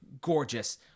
gorgeous